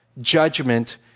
Judgment